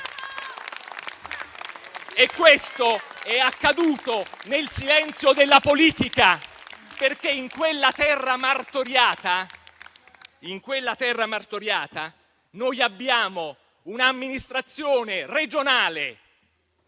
E questo è accaduto nel silenzio della politica, perché in quella terra martoriata noi abbiamo un'amministrazione regionale